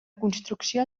construcció